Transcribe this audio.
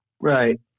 Right